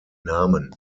namen